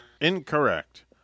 Incorrect